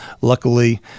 Luckily